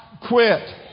quit